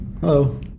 Hello